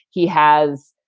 he has.